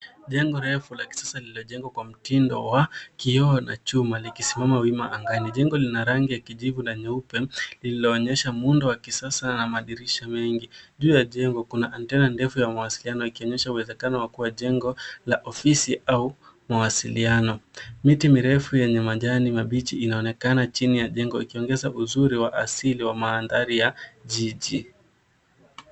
Jengo refu la kisasa linajengwa kwa mtindo wa kioo na chuma likisimama wima angani. Jengo lina rangi ya kijivu na nyeupe lililoonyesha muundo wa kisasa na madirisha mengi. Juu ya jengo kuna antena ndefu ya mawasiliano ikionyesha uwezekano wa kuwa jengo la ofisi au mwasiliano. Miti mirefu yenye majani mabichi inaonekana chini ya jengo ikiongeza uzuri wa asili wa maandali ya jiji.